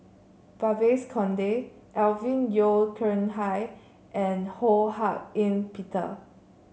Babes Conde Alvin Yeo Khirn Hai and Ho Hak Ean Peter